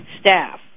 staff